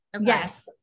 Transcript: yes